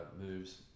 moves